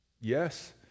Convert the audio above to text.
yes